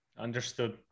Understood